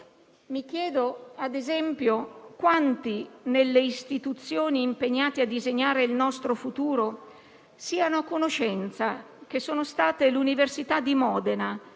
Mi chiedo ad esempio quanti, nelle istituzioni impegnate a disegnare il nostro futuro, siano a conoscenza del fatto che sono state le università di Modena